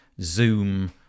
Zoom